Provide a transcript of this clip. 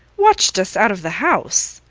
watched us out of the house!